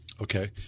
Okay